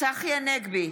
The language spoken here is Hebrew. צחי הנגבי,